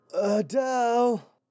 Adele